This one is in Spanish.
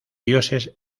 dioses